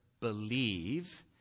believe